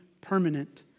Permanent